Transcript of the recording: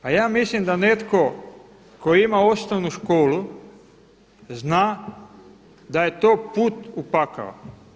Pa ja mislim da netko ko ima osnovnu školu zna da je to put u pakao.